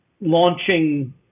launching